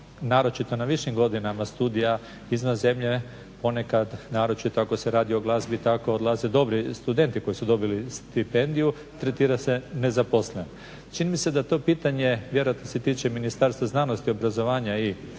naročito na višim godinama studija izvan zemlje ponekad naročito ako se radi o glazbi tako odlaze dobri studenti koji su dobili stipendiju tretira se nezaposlen. Čini mi se da to pitanje vjerojatno se tiče Ministarstva znanosti, obrazovanja i sporta